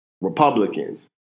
Republicans